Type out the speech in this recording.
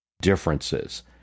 differences